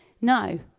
No